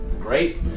Great